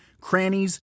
crannies